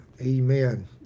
Amen